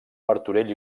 martorell